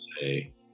say